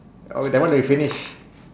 oh that one I finish